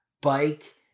bike